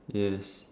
yes